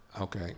Okay